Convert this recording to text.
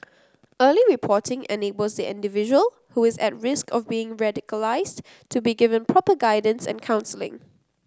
early reporting enables the individual who is at risk of becoming radicalised to be given proper guidance and counselling